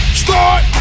start